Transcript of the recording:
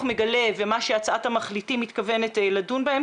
מגלה לבין מה הצעת המחליטים מתכוונת לדון בהם,